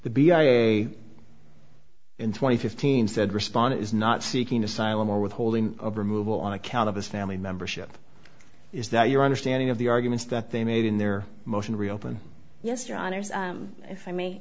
the be in twenty fifteen said respond is not seeking asylum or withholding of removal on account of his family membership is that your understanding of the arguments that they made in their motion to reopen yes your honor if i may